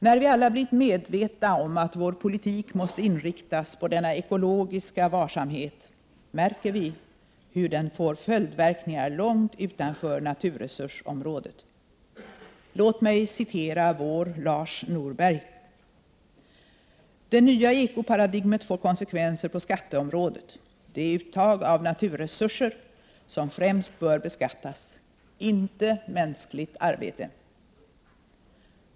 När vi alla blivit medvetna om att vår politik måste inriktas på denna ekologiska varsamhet, märker vi hur denna medvetenhet får följdverkningar långt utanför naturresursområdet. Låt mig citera vår Lars Norberg: — Det nya ekoparadigmet får konsekvenser på skatteområdet — det är uttag av naturresurser, som främst bör beskattas, inte mänskligt arbete.